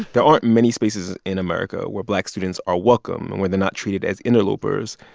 there aren't many spaces in america where black students are welcome and where they're not treated as interlopers,